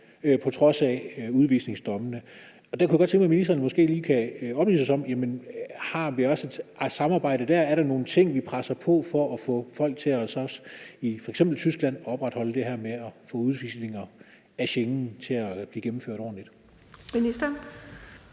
på trods af udvisningsdomme. Der kunne jeg godt tænke mig, at ministeren måske lige oplyste os om, om vi også har et samarbejde der. Er der nogle ting, vi presser på for i forhold til at få folk i f.eks. Tyskland til at opretholde det her med at få udvisninger af Schengen til at blive gennemført ordentligt?